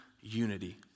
unity